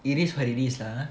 it is what it is lah ah